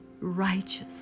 righteous